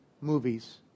movies